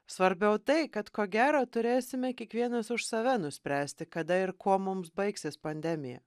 svarbiau tai kad ko gero turėsime kiekvienas už save nuspręsti kada ir kuo mums baigsis pandemija